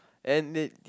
and it